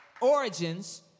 origins